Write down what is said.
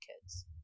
kids